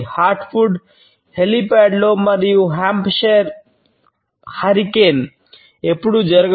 హుహ్ ఎప్పుడూ జరగవు